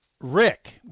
Rick